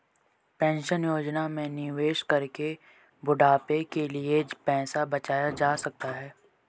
pension योजना में निवेश करके बुढ़ापे के लिए पैसा बचाया जा सकता है